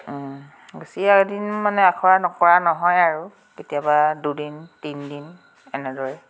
বেছিদিন মানে আখৰা কৰা নহয় আৰু কেতিয়াবা দুদিন তিনদিন এনেদৰে